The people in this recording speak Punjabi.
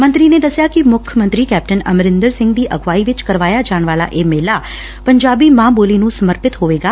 ਮੰਤਰੀ ਨੇ ਦੱਸਿਆ ਕਿ ਮੁੱਖ ਮੰਤਰੀ ਕੈਪਟਨ ਅਮਰਿੰਦਰ ਸਿੰਘ ਦੀ ਅਗਵਾਈ ਵਿਚ ਕਰਵਾਇਆ ਜਾਣ ਵਾਲਾ ਇਹ ਮੇਲਾ ਪੰਜਾਬੀ ਮਾਂ ਬੋਲੀ ਨੂੰ ਸਮਰਪਿਤ ਹੋਵੇਗਾ